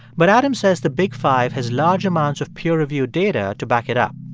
but adam says the big five has large amounts of peer-reviewed data to back it up.